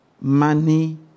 money